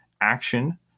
action